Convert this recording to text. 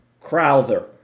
Crowther